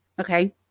Okay